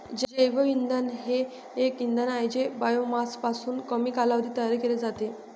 जैवइंधन हे एक इंधन आहे जे बायोमासपासून कमी कालावधीत तयार केले जाते